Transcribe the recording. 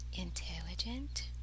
intelligent